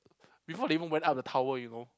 before they even went up the tower you know